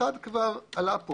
אחד עלה פה